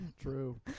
True